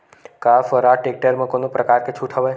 का स्वराज टेक्टर म कोनो प्रकार के छूट हवय?